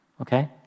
okay